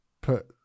put